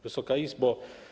Wysoka Izbo!